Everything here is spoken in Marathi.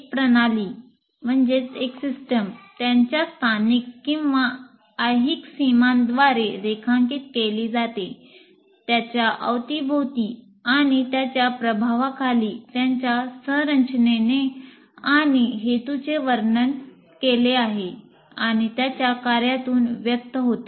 एक प्रणाली त्याच्या स्थानिक आणि ऐहिक सीमांद्वारे रेखांकित केली जाते त्याच्या अवतीभोवती आणि त्याच्या प्रभावाखाली त्याच्या संरचनेचे आणि हेतूचे वर्णन केले आहे आणि त्याच्या कार्यातून व्यक्त होते